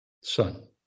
son